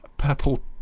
purple